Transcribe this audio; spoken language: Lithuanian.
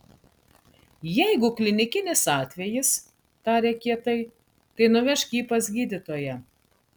jeigu klinikinis atvejis tarė kietai tai nuvežk jį pas gydytoją